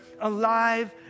alive